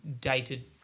dated